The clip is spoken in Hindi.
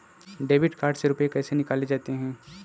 डेबिट कार्ड से रुपये कैसे निकाले जाते हैं?